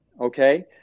Okay